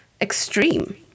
extreme